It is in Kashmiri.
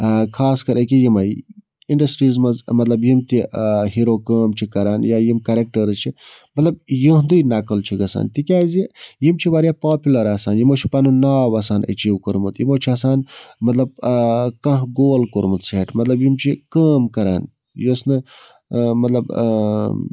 خاص کَر أکہِ یِمَے اِنڈَسٹریٖز منٛز مطلب یِم تہِ ہیٖروٗ کٲم چھِ کَران یا یِم کرٛیکٹٲرٕس چھِ مطلب یِہُنٛدُے نَقٕل چھُ گَژھان تِکیٛازِ یِم چھِ واریاہ پاپُلَر آسان یِمو چھُ پَنُن ناو آسان ایٚچیٖو کوٚرمُت یِمو چھِ آسان مطلب کانٛہہ گول کوٚرمُت سیٹ مطلب یِم چھِ کٲم کَران یۄس نہٕ مطلب